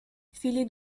fili